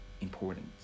important